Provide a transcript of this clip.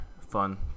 fun